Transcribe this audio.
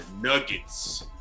Nuggets